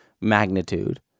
magnitude